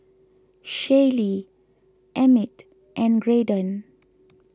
Shaylee Emmitt and Graydon